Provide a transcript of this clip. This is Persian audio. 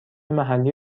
محلی